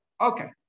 Okay